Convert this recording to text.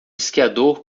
esquiador